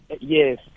Yes